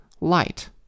light